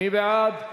מי בעד?